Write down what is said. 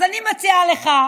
אז אני מציעה לך,